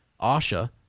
asha